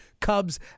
Cubs